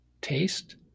taste